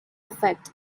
effect